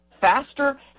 Faster